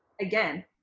again